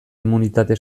immunitate